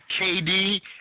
KD